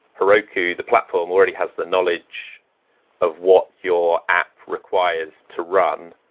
heroku, the platform, already has the knowledge of what your app requires to run,